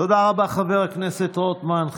תודה רבה, חבר הכנסת רוטמן.